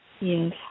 Yes